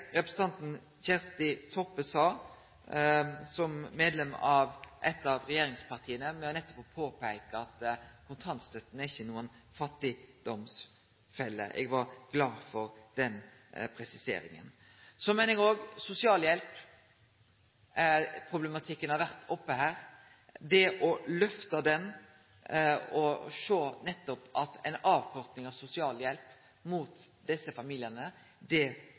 representanten Kjersti Toppe, som medlem av eit av regjeringspartia, nettopp påpeikte, at kontantstøtta ikkje er noka fattigdomsfelle. Eg var glad for den presiseringa. Sosialhjelpsproblematikken har vore oppe her. Eg meiner òg me må lyfte dette og sjå at nettopp ei avkorting av sosialhjelp for desse familiane blir feil, både når det